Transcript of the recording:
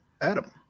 Adam